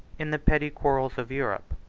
in the petty quarrels of europe,